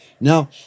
Now